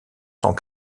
cent